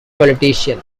politician